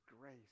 grace